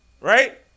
right